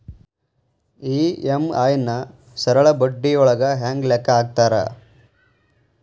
EMI ನ ಸರಳ ಬಡ್ಡಿಯೊಳಗ ಹೆಂಗ ಲೆಕ್ಕ ಹಾಕತಾರಾ